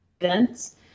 events